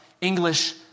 English